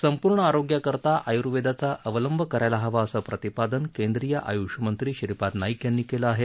संपूर्ण आरोग्याकरता आयर्वेदाचा अवलंब करायला हवा असं प्रतिपादन केंद्रीय आय्षमंत्री श्रीपाद नाईक यांनी केलं आहे